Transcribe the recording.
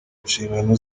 nshingano